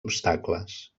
obstacles